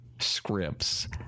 scripts